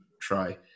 try